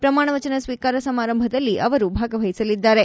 ಪ್ರಮಾಣವಚನ ಸ್ವೀಕಾರ ಸಮಾರಂಭದಲ್ಲಿ ಅವರು ಭಾಗವಹಿಸಲಿದ್ದಾರೆ